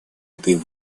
этой